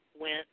went